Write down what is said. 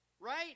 right